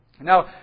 Now